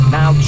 Now